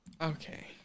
Okay